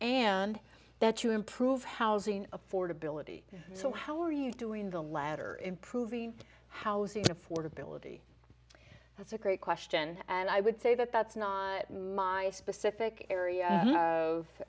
and that you improve housing affordability so how are you doing the latter improving housing affordability that's a great question and i would say that that's not my specific area of